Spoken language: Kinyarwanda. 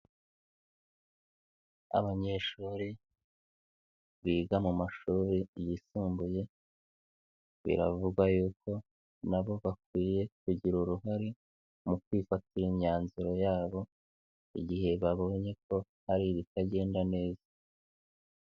Abanyeshuri biga mu mashuri yisumbuye biravugwa y'uko na bo bakwiye kugira uruhare mu kwifatira imyanzuro yabo igihe babonye ko hari ibitagenda neza.